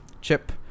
chip